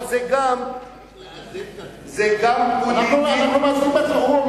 אבל זה גם פוליטי, צריך לאזן את התמונה.